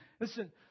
listen